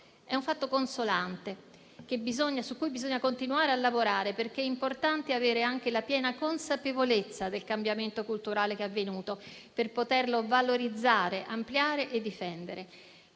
è un fatto consolante su cui bisogna continuare a lavorare, perché è importante avere anche la piena consapevolezza del cambiamento culturale che è avvenuto, per poterlo valorizzare, ampliare e difendere;